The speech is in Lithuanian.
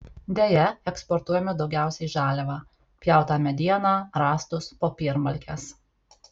deja eksportuojame daugiausiai žaliavą pjautą medieną rąstus popiermalkes